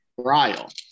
trial